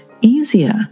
easier